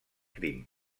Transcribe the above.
crim